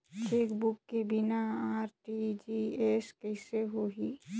Chequebook के बिना RTGS कइसे होही?